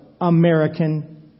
American